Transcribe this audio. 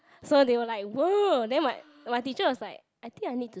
so they were like !woah! then my then my teacher was like I think I need to